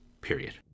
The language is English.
Period